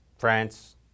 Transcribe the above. France